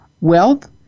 wealth